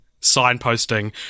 signposting